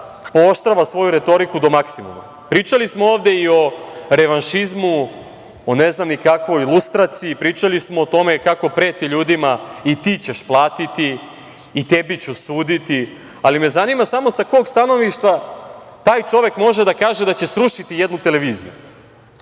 pooštrava svoju retoriku do maksimuma. Pričali smo ovde i o revanšizmu, o ne znam ni kakvoj lustraciji, pričali smo o tome kako prete ljudima - i ti ćeš platiti, i tebi ću suditi, ali me zanima sa kog stanovišta taj čovek može da kaže da će srušiti jednu televiziju